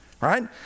right